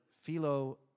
Philo